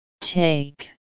Take